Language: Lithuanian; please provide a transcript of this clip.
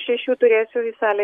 šešių turėsiu į salę